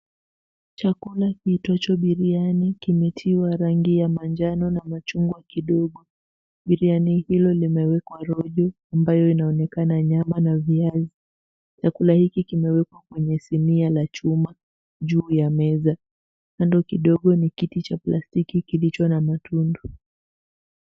Chakula kiitwacho biriyani kimetiwa rangi ya manjano na machungwa kidogo. Biriyani hilo limewekwa rojo ambayo inayoonekana nyama na viazi. Chakula hiki kimewekwa kwenye sinia la chuma, juu ya meza , kando kidogo ni kiti cha plastiki kilicho na matundu.